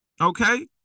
Okay